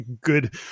good